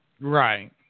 Right